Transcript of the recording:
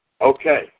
Okay